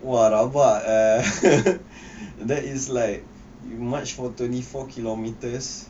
!wah! rabak err that is like much for twenty four kilometres